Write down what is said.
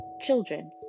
children